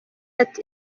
ati